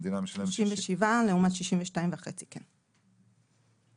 67 לעומת 62.5. כן.